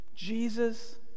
Jesus